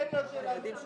יש